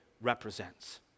represents